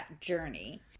journey